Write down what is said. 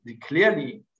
clearly